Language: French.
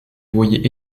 voyait